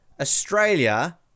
Australia